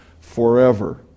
forever